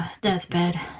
deathbed